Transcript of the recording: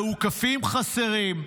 לאוכפים חסרים.